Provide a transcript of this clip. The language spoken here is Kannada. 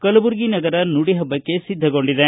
ಕಲಬುರಗಿ ನಗರ ನುಡಿ ಹಬ್ಬಕ್ಕೆ ಸಿದ್ದಗೊಂಡಿದೆ